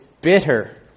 bitter